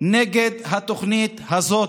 נגד התוכנית הזאת.